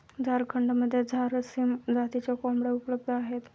झारखंडमध्ये झारसीम जातीच्या कोंबड्या उपलब्ध आहेत